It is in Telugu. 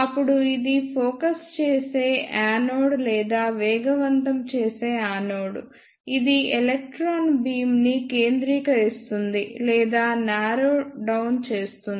అప్పుడు ఇది ఫోకస్ చేసే యానోడ్ లేదా వేగవంతం చేసే యానోడ్ ఇది ఎలక్ట్రాన్ బీమ్ ని కేంద్రీకరిస్తుంది లేదా నారో డౌన్ చేస్తుంది